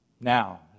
Now